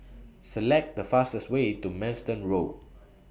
Select The fastest Way to Manston Road